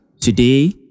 Today